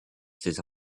ces